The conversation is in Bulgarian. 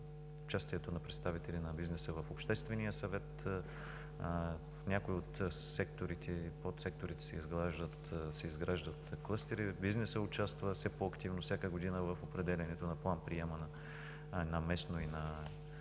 участието на представители на бизнеса в Обществения съвет. В някои от секторите и подсекторите се изграждат клъстери. Бизнесът участва все по-активно всяка година в определянето на план-приема на местно и на